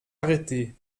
arrêtées